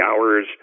hours